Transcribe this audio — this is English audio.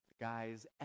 Guys